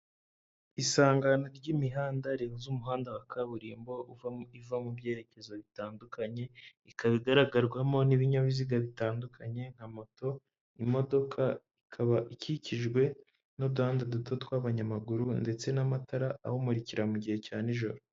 Isangano ry'imihanda rihuza umuhanda wa kaburimbo uvamo... iva mu byerekezo bitandukanye ikaba igaragarwamo n'ibinyabiziga bitandukanye nka moto imodoka ikaba ikikijwe n'uduhanda duto tw'abanyamaguru ndetse n'amatara ahumurikira mu gihe cya nijoro.